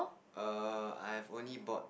err I have only bought